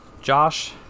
Josh